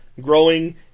growing